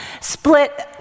split